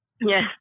Yes